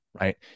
right